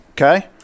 Okay